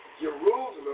Jerusalem